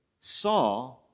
saw